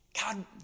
God